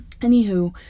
anywho